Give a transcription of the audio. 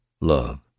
Love